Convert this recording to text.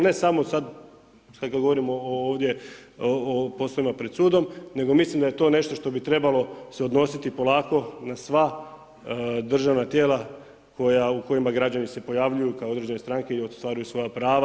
Ne samo sad, sada kada govorimo o ovdje, o poslovima pred sudom nego mislim da je to nešto što bi trebalo se odnositi polako na sva državna tijela u kojima građani se pojavljuju kao određene stranke i ostvaruju svoja prava.